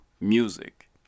music